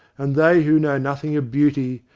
and they who know nothing of beauty,